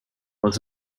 was